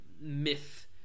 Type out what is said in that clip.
myth